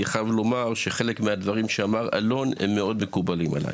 אני חייב לומר שחלק מהדברים שאמר אלון הם מאוד מקובלים עליי.